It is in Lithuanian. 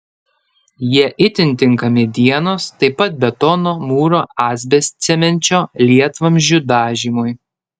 jie itin tinka medienos taip pat betono mūro asbestcemenčio lietvamzdžių dažymui